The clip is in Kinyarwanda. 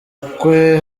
kwe